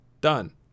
done